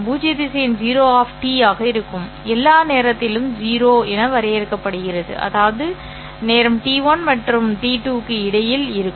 பூஜ்ய திசையன் 0 ஆக இருக்கும் இது எல்லா நேரத்திற்கும் 0 என வரையறுக்கப்படுகிறது அதாவது நேரம் t1 மற்றும் t2 க்கு இடையில் இருக்கும்